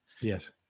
Yes